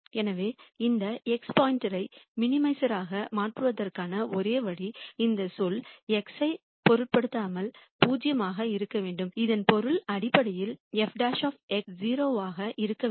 எனவே இந்த x ஐ மினிமைசராக மாற்றுவதற்கான ஒரே வழி இந்த சொல் x ஐப் பொருட்படுத்தாமல் 0 ஆக இருக்க வேண்டும் இதன் பொருள் அடிப்படையில் f 0 ஆக இருக்க வேண்டும்